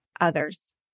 others